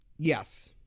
Yes